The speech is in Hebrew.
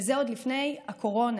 וזה עוד לפני הקורונה.